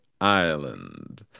Island